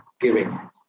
giving